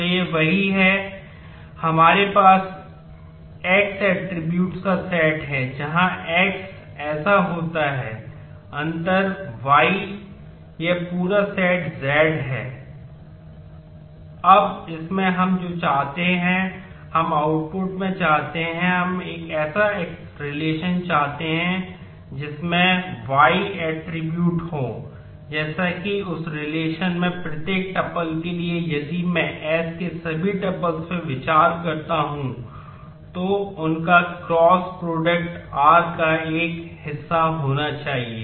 तो यह वही है हमारे पास यह x ऐट्रिब्यूट्स r का एक हिस्सा होना चाहिए